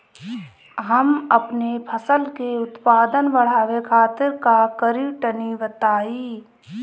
हम अपने फसल के उत्पादन बड़ावे खातिर का करी टनी बताई?